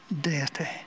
deity